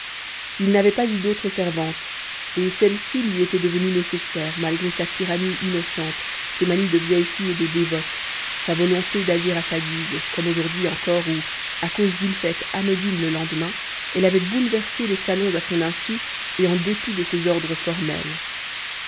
il n'avait pas eu d'autre servante et celle-ci lui était devenue nécessaire malgré sa tyrannie innocente ses manies de vieille fille et de dévote sa volonté d'agir à sa guise comme aujourd'hui encore où à cause d'une fête anodine le lendemain elle avait bouleversé les salons à son insu et en dépit de ses ordres formels